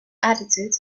attitude